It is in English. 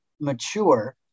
mature